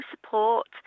support